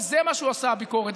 וזה מה שעושה ביקורת.